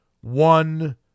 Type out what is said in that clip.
one